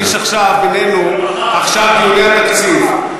יש עכשיו, בינינו, עכשיו דיוני התקציב.